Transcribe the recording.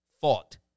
fought